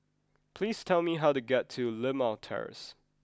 please tell me how to get to Limau Terrace